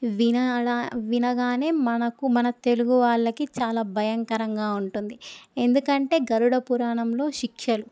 వినగా వినగానే మనకు మన తెలుగు వాళ్ళకి చాలా భయంకరంగా ఉంటుంది ఎందుకంటే గరుడ పురాణంలో శిక్షలు